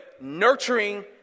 nurturing